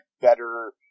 better